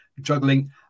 juggling